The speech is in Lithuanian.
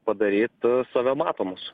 padaryt save matomus